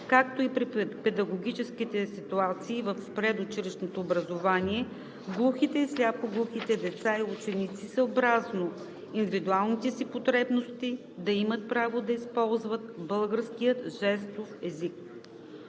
както и при педагогическите ситуации в предучилищното образование глухите и сляпо-глухите деца и ученици съобразно индивидуалните си потребности да имат право да използват българския жестов език.